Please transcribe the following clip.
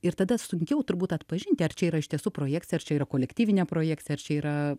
ir tada sunkiau turbūt atpažinti ar čia yra iš tiesų projekcija ar čia yra kolektyvinė projekcija ar čia yra